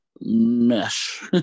mesh